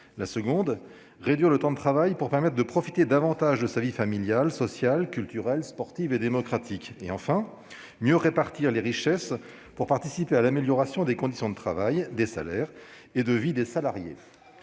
il s'agit de réduire le temps de travail pour permettre aux salariés de profiter davantage de leur vie familiale, sociale, culturelle, sportive et démocratique. Troisièmement, il s'agit de mieux répartir les richesses pour participer à l'amélioration des conditions de travail, des salaires et de vie des salariés.